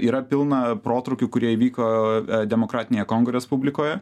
yra pilna protrūkių kurie įvyko demokratinėje kongo respublikoje